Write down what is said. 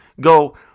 go